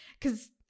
cause